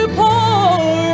pour